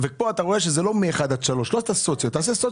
פה אתה רואה שזה לא 1 3. אם תעשה קריטריון